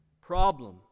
problem